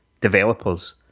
developers